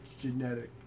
genetic